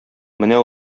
менә